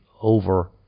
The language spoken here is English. over